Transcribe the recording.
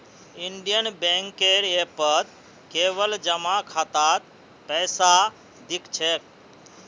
Indian बैंकेर ऐपत केवल जमा खातात पैसा दि ख छेक